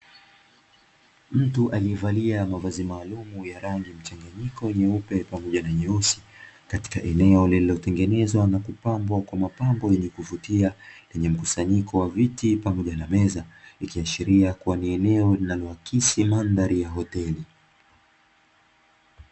Mtu aliyevalia mavazi maalumu ya rangi mchanganyiko nyeupe pamoja na nyeusi katika eneo, lililotengenezwa na kupambwa kwa mapambo yenye kuvutia, lenye mkusanyiko wa viti pamoja na meza likiashiria kuwa ni eneo linaloakisi mandhari ya hoteli.